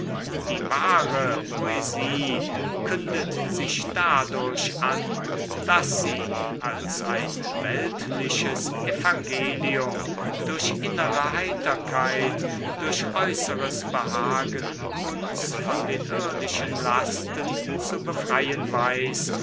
die wahre poesie kündet sich dadurch an daß sie als ein weltliches evangelium durch innere heiterkeit durch äußeres behagen uns von den irdischen lasten zu befreien weiß